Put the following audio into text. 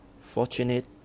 fortunate